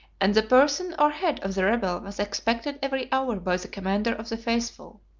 and the person or head of the rebel was expected every hour by the commander of the faithful.